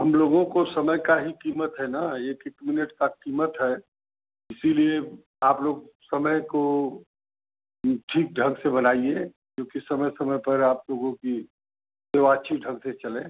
हम लोगों को समय का ही कीमत है ना एक एक मिनट का कीमत है इसीलिये आप लोग समय को ठीक ढंग से बनाइये क्योंकि समय समय पर आप लोगों की सेवा अच्छी ढंग से चले